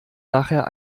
nachher